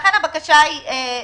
לכן הבקשה היא לאישור.